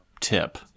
tip